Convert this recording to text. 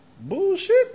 Bullshit